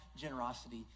generosity